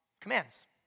commands